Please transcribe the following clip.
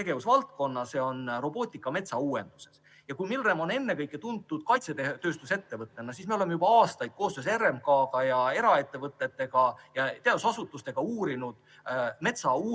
tegevusvaldkonna, see on robootika metsauuenduses. Kuigi Milrem on ennekõike tuntud kaitsetööstusettevõttena, oleme me juba aastaid koostöös RMK, eraettevõtete ja teadusasutustega uurinud metsauuenduse